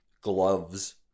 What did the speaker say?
gloves